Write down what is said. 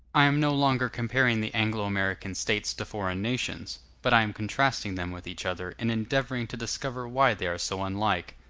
i am no longer comparing the anglo-american states to foreign nations but i am contrasting them with each other, and endeavoring to discover why they are so unlike.